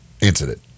incident